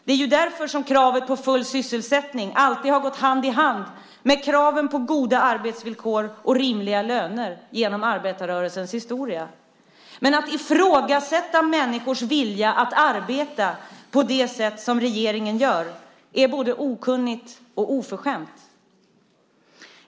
Det är därför som kravet på full sysselsättning alltid har gått hand i hand med kraven på goda arbetsvillkor och rimliga löner genom arbetarrörelsens historia. Att på det sätt som regeringen gör ifrågasätta människors vilja att arbeta är både okunnigt och oförskämt.